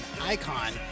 icon